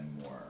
more